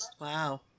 Wow